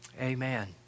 amen